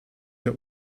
der